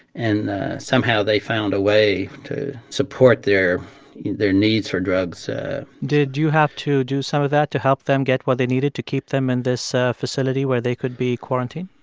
and somehow, they found a way to support their their needs for drugs did you have to do some of that to help them get what they needed to keep them in this facility where they could be quarantined?